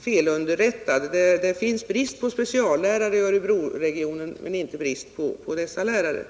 felunderrättad. Det är brist på speciallärare i Örebroregionen, men inte brist på dessa lärare.